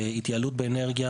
התייעלות באנרגיה.